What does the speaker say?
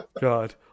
God